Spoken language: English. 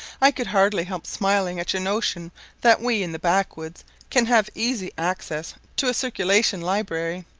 i could hardly help smiling at your notion that we in the backwoods can have easy access to a circulation library.